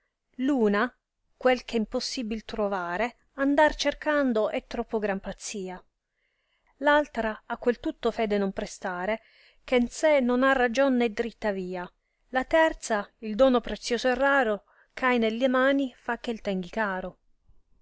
una quel eh è impossibile truovare andar cercando è troppo gran pazzia l altra a quel tutto fede non prestare che n sé non ha ragion né dritta via la terza il dono prezioso e raro c hai nelle mani fa che tenghi caro